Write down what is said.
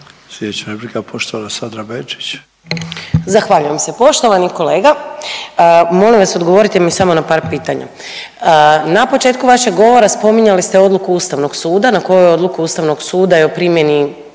Sandra Benčić. **Benčić, Sandra (Možemo!)** Zahvaljujem se. Poštovani kolega, molim vas odgovorite mi samo na par pitanja. Na početku vašeg govora spominjali ste odluku ustavnog suda, na koju odluku ustavnog suda i o primjeni